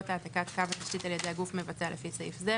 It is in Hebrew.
העתקת קו התשתית על ידי הגוף המבצע לפי סעיף זה,